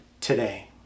today